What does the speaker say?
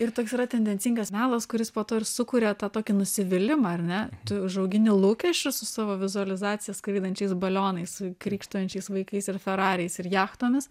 ir toks yra tendencingas melas kuris po to ir sukuria tą tokį nusivylimą ar ne tu užaugini lūkesčius su savo vizualizacija skraidančiais balionais krykštaujančiais vaikais ir ferariais ir jachtomis